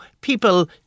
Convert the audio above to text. people